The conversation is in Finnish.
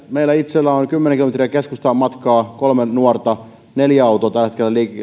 meillä itsellä on kymmenen kilometriä keskustaan matkaa kolme nuorta ja neljä autoa tällä hetkellä